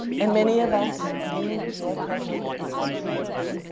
and many of us view your presence as fortuitous,